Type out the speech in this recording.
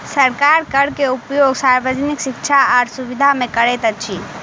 सरकार कर के उपयोग सार्वजनिक शिक्षा आर सुविधा में करैत अछि